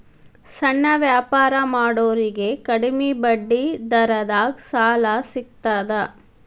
ಸಣ್ಣ ವ್ಯಾಪಾರ ಮಾಡೋರಿಗೆ ಕಡಿಮಿ ಬಡ್ಡಿ ದರದಾಗ್ ಸಾಲಾ ಸಿಗ್ತದಾ?